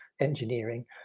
engineering